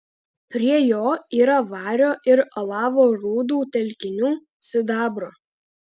prie jo yra vario ir alavo rūdų telkinių sidabro